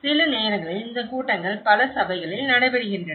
சில நேரங்களில் இந்த கூட்டங்கள் பல சபைகளில் நடைபெறுகின்றன